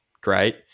great